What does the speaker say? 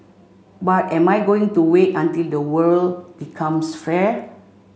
but am I going to wait until the world becomes fair